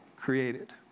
created